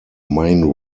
main